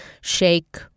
shake